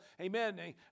amen